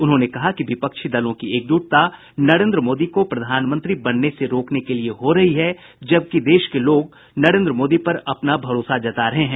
उन्होंने कहा कि विपक्षी दलों की एकजूटता नरेन्द्र मोदी को प्रधानमंत्री बनने से रोकने के लिये हो रही है जबकि देश की जनता ने नरेन्द्र मोदी पर अपना विश्वास जताया है